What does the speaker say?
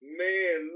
man